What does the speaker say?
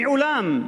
מעולם,